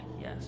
Yes